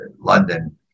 London